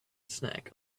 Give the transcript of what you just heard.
snack